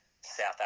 South